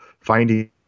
finding